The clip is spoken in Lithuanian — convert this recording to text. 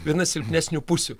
viena silpnesnių pusių